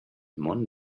món